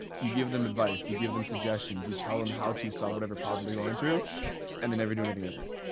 you give them advice. you give them suggestions, you tell them how to solve, whatever problem they're going through and then never do anything with it.